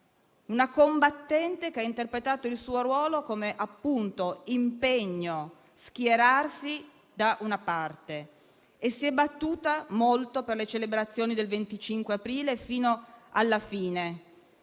una combattente che ha interpretato il suo ruolo come impegno a schierarsi da una parte e che si è battuta molto per le celebrazioni del 25 aprile, fino alla fine.